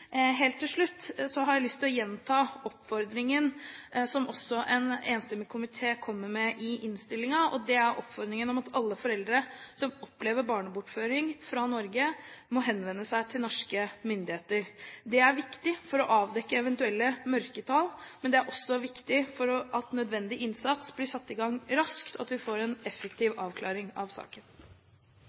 Helt til slutt har jeg lyst til å gjenta oppfordringen som også en enstemmig komité kommer med i innstillingen, og det er oppfordringen om at alle foreldre som opplever barnebortføring fra Norge, må henvende seg til norske myndigheter. Det er viktig for å avdekke eventuelle mørketall, men det er også viktig for at nødvendig innsats raskt blir satt i gang, og at vi får en effektiv avklaring av saken.